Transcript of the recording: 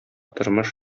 тормыш